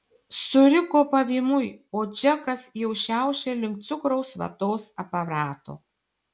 suriko pavymui o džekas jau šiaušė link cukraus vatos aparato